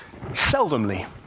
Seldomly